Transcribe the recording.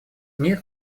мир